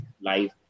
life